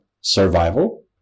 survival